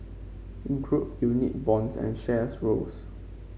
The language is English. group unit bonds and shares rose